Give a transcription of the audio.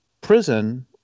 prison